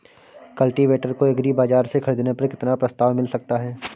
Cultivator को agri बाजार से ख़रीदने पर कितना प्रस्ताव मिल सकता है?